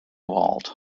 vault